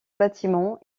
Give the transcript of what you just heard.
bâtiments